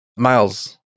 Miles